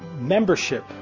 membership